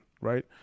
right